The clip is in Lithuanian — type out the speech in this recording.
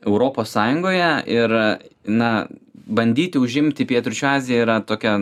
europos sąjungoje ir na bandyti užimti pietryčių aziją yra tokia